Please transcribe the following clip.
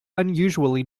unusually